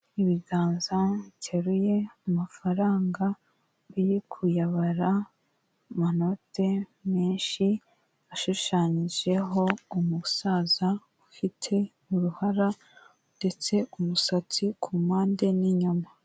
Ibiganza biteruye amafaranga biri kuyabara, amanoti menshi ashushanyijeho umusaza ufite uruhara, ndetse umusatsi ku mpande n'inyama.